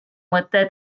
mõte